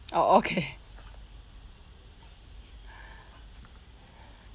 oh okay